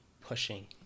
pushing